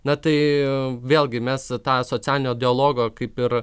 na tai vėlgi mes tą socialinio dialogo kaip ir